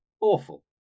awful